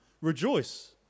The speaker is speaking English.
rejoice